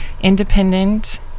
independent